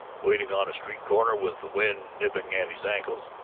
waiting on a street corner with the wind nipping at his ankles.